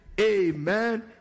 Amen